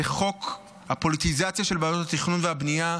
זה חוק הפוליטיזציה של ועדות התכנון והבנייה,